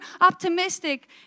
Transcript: optimistic